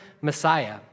Messiah